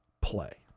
play